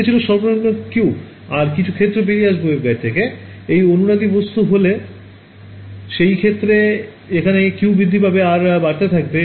এটা ছিল সর্বনিম্ন Q আর কিছু ক্ষেত্র বেরিয়ে আসবে waveguide থেকে এই অনুনাদি বস্তু হলে সেই ক্ষেত্র যেখানে Q বৃদ্ধি পাবে আর বাড়তে থাকবে